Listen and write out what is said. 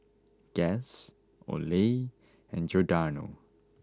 Guess Olay and Giordano